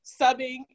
subbing